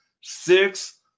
six